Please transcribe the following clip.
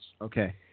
Okay